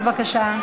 בבקשה.